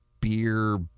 beer